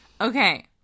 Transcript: Okay